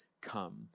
come